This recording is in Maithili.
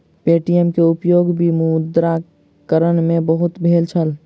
पे.टी.एम के उपयोग विमुद्रीकरण में बहुत भेल छल